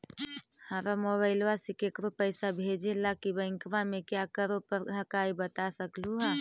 हमरा मोबाइलवा से केकरो पैसा भेजे ला की बैंकवा में क्या करे परो हकाई बता सकलुहा?